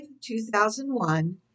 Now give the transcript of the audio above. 2001